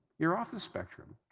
you're off the spectrum.